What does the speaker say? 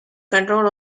control